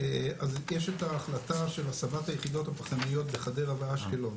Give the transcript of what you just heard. את ההחלטה של הסבת היחידות הפחמיות לחדרה ואשקלון